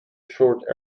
short